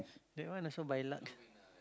the one also by luck